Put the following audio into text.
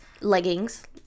Leggings